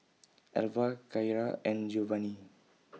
Elva Kyara and Giovani